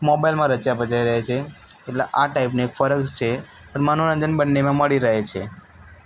મોબાઇલમાં રચ્યા પચ્યા રહે છે એટલે આ ટાઈપની એક ફરક છે પણ મનોરંજન બંનેમાં મળી રહે છે